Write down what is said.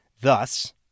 Thus